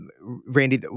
Randy